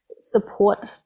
support